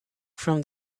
from